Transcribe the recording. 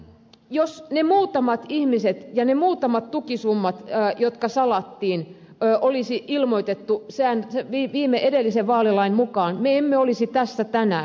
jos ne muutamat ihmiset ja ne muutamat tukisummat jotka salattiin olisi ilmoitettu edellisen vaalilain mukaan me emme olisi tässä tänään